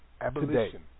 Abolition